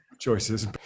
choices